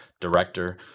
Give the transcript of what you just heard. Director